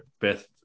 Beth